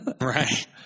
Right